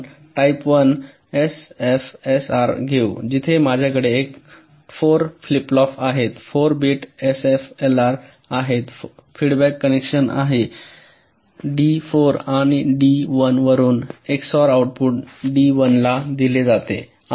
आपण type 1 LFSR घेऊ जिथे माझ्याकडे 4 फ्लिप फ्लॉप आहेत 4 बिट एलएफएसआर आहेत फीडबॅक कनेक्शन असे आहे डी 4 व डी 1 वरून एक्सओआरचे आउटपुट डी 1 ला दिले जाते